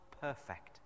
perfect